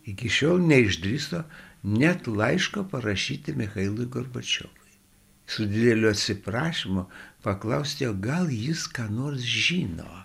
iki šiol neišdrįso net laiško parašyti michailui gorbačiovui su dideliu atsiprašymu paklausti o gal jis ką nors žino